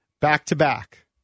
back-to-back